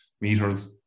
meters